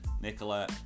Nicola